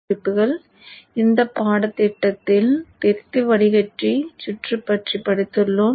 இறுதியான குறிப்புகள் இந்த பாடத்திட்டத்தில் திருத்தி வடிகட்டி சுற்று பற்றி படித்துள்ளோம்